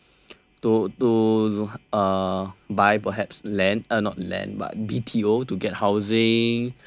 to to uh buy perhaps land uh not land but B_T_O to get housing you need to